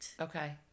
Okay